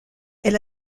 elle